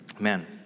Amen